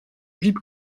jeep